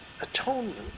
atonement